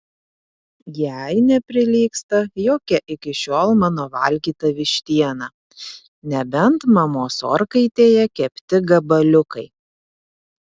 jai neprilygsta jokia iki šiol mano valgyta vištiena nebent mamos orkaitėje kepti gabaliukai